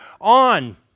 on